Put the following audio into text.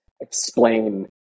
explain